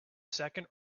second